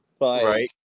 Right